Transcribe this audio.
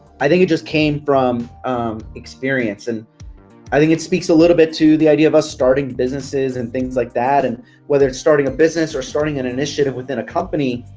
i think it just came from experience. and i think it speaks a little bit to the idea of us starting businesses and things like that. and whether it's starting a business or starting an initiative within a company,